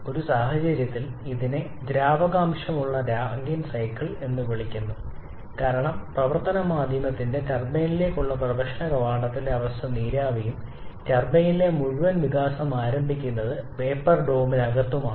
ഒരു സാഹചര്യത്തിൽ ഇതിനെ ദ്രാവകാംശംഉള്ള റാങ്കൈൻ സൈക്കിൾ എന്ന് വിളിക്കുന്നു കാരണം പ്രവർത്തന മാധ്യമത്തിന്റെ ടർബൈനിലേക്കുള്ള പ്രവേശന കവാടത്തിലെ അവസ്ഥ നീരാവിആയും ടർബൈനിലെ മുഴുവൻ വികാസവും ആരംഭിക്കുന്നത് വേപ്പർ ഡോമിനകത്തുമാണ്